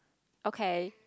okay